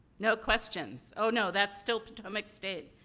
no questions. oh, no, that's still potomac state.